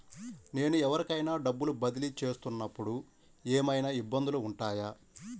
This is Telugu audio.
నేను ఎవరికైనా డబ్బులు బదిలీ చేస్తునపుడు ఏమయినా ఇబ్బందులు వుంటాయా?